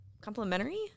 complimentary